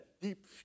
deep